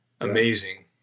Amazing